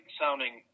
sounding